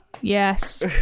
Yes